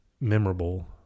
memorable